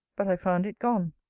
but i found it gone.